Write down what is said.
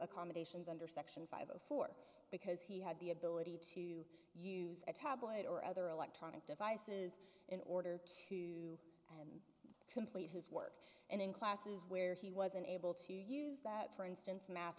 accommodations under section five zero four because he had the ability to use a tablet or other electronic devices in order to complete his work and in classes where he wasn't able to use that for instance math